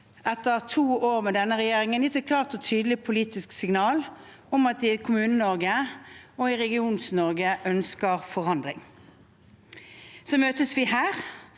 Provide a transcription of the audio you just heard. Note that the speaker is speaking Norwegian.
etter to år med denne regjeringen gitt et klart og tydelig politisk signal om at de i Kommune-Norge og Region-Norge ønsker forandring. Så møtes vi her,